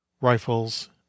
Rifles